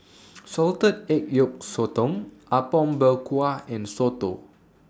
Salted Egg Yolk Sotong Apom Berkuah and Soto